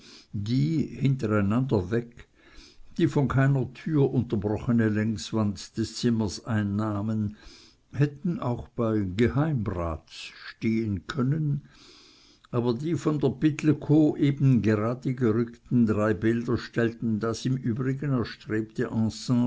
die hintereinander weg die von keiner tür unterbrochene längswand des zimmers einnahmen hätten auch bei geheimrats stehen können aber die von der pittelkow eben geradegerückten drei bilder stellten das im übrigen erstrebte